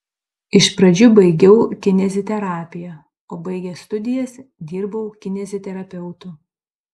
iš pradžių baigiau kineziterapiją o baigęs studijas dirbau kineziterapeutu